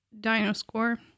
Dino-score